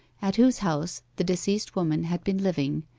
at whose house the deceased woman had been living,